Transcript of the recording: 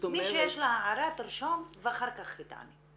מי שיש לה הערה, תרשום ואחר כך תטען.